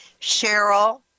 Cheryl